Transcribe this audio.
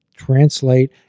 Translate